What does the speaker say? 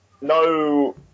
no